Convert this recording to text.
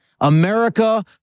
America